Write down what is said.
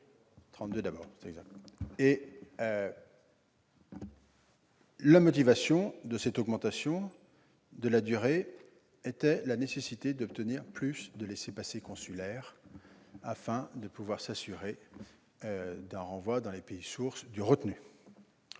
La motivation de cette augmentation était la nécessité d'obtenir plus de laissez-passer consulaires afin de pouvoir s'assurer d'un renvoi vers les pays sources des retenus.